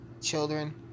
children